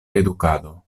edukado